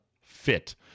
Fit